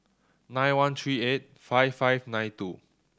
nine one three eight five five two nine